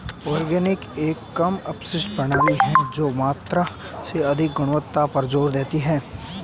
organic एक कम अपशिष्ट प्रणाली है जो मात्रा से अधिक गुणवत्ता पर जोर देती है